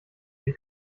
den